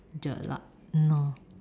jelak !hannor!